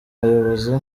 bayobozi